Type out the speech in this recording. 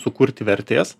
sukurti vertės